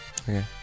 Okay